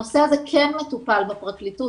הנושא הזה כן מטופל בפרקליטות,